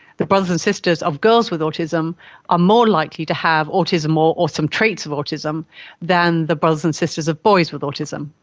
the brothers and sisters of girls with autism are more likely to have autism or or some traits of autism than the brothers and sisters of boys with autism.